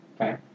Okay